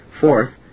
Fourth